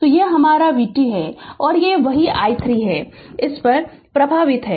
तो यह हमारा vt है और यह वही i3 इस पर और इस पर प्रभावित है